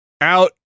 out